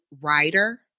writer –